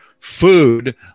Food